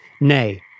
Nay